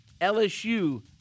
LSU